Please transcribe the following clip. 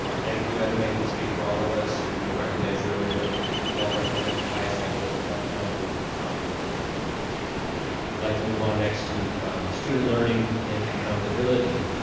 thank you, i think i can speak for all of us and we'll recognize earlier, but you all represent the highest ideals of our county, our commonwealth, and our country. i'd like to move on next to student learning and accountability,